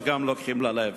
אז גם לוקחים ללב.